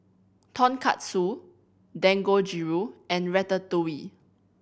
Tonkatsu Dangojiru and Ratatouille